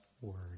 Word